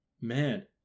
man